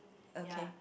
okay